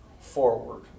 forward